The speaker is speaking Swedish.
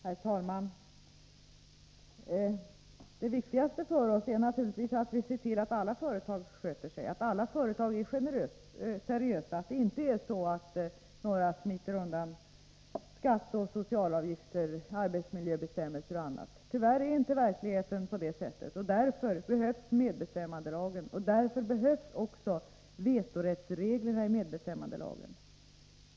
Herr talman! Det viktigaste för oss är naturligtvis att se till att alla företag sköter sig, att alla företag är seriösa, att inte några smiter undan skatt, socialavgifter, arbetsmiljöbestämmelser och annat. Tyvärr är inte verkligheten sådan, och därför behövs medbestämmandelagen. Därför behövs också vetorättsreglerna i medbestämmandelagen.